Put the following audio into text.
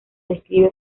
describe